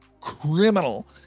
criminal